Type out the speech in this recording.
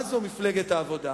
מה זו מפלגת העבודה.